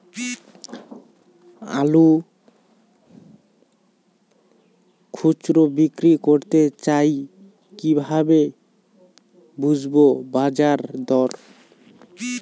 আলু খুচরো বিক্রি করতে চাই কিভাবে বুঝবো বাজার দর?